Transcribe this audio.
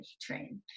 train